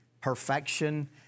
perfection